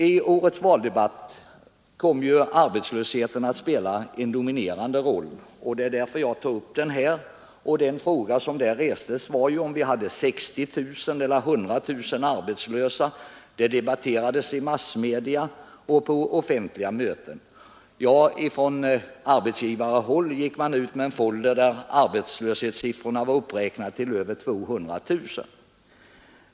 I årets valrörelse kom arbetslösheten att spela en dominerande roll, och det är därför jag tar upp den här. En fråga som ställdes var ju om vi hade 60 000 eller 100 000 arbetslösa, och det debatterades i massmedia och på offentliga möten. Från arbetsgivarhåll gick man ut med en folder där arbetslöshetssiffrorna var uppräknade till över 200 000.